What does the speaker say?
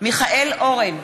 מיכאל אורן,